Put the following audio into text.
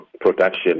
production